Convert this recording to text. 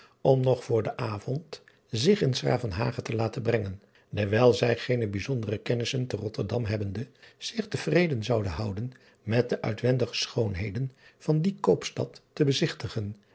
om nog voor den avond zich in s ravenhage te laten brengen dewijl zij geene bijzondere kennissen te otterdam hebbende zich te vreden zouden houden met de uitwendige schoonheden van die koopstad te bezigtigen